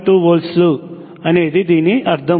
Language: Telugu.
2 వోల్ట్లు అనేది దీని అర్థం